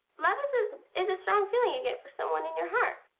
love is ah is a strong feeling you get for someone in your heart.